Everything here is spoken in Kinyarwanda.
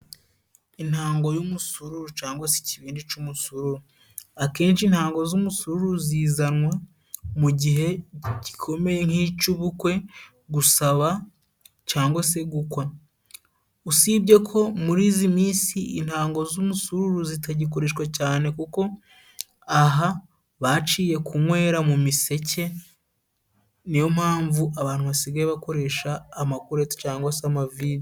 Intango y'umusururu cyangwa se ikibindi c'umusururu. Akenshi intango z'umusururu zizanwa mu gihe gikomeye nk'icy'ubukwe, gusaba cangwa se gukwa. Usibye ko muri izi minsi intango z'umusururu zitagikoreshwa cyane kuko aha baciye kunywera mu miseke. Niyo mpamvu abantu basigaye bakoresha amakurete cyangwa se amavide.